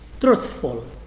truthful